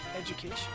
Education